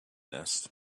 nest